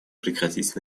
прекратить